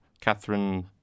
Catherine